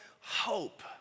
hope